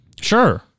Sure